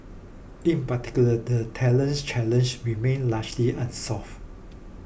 in particular the talent challenge remain largely unsolved